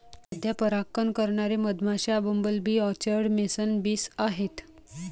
सध्या परागकण करणारे मधमाश्या, bumble bee, orchard mason bees आहेत